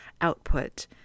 output